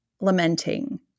lamenting